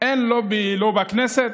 לא בכנסת